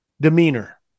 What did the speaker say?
demeanor